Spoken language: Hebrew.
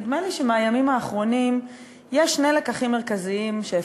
נדמה לי שמהימים האחרונים אפשר ללמוד שני לקחים מרכזיים.